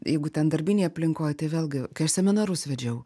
jeigu ten darbinėj aplinkoj tai vėlgi kai aš seminarus vedžiau